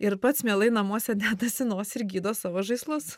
ir pats mielai namuose dedasi nosį ir gydo savo žaislus